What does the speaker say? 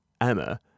emma